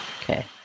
Okay